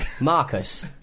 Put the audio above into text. Marcus